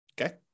okay